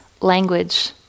language